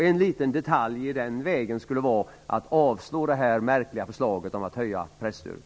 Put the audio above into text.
Ett litet steg på den vägen skulle vara att avslå det här märkliga förslaget om att höja presstödet.